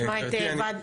גבירתי,